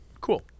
Cool